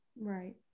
Right